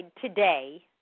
today